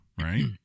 Right